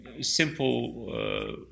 simple